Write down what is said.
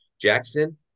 Jackson